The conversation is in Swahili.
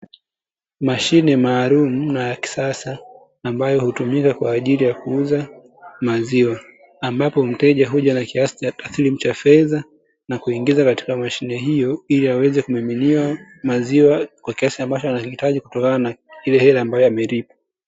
Mashine maalumu na ya kisasa ambayo hutumika kwa ajili ya kuuza maziwa, ambapo mteja huja na kiasi taslimu cha fedha na kuingiza katika mashine hiyo ili aweze kumiminiwa maziwa kwa kiasi anachokihitaji kutokana na ile hela ambayo amelipa.